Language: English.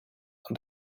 and